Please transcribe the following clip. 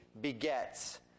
begets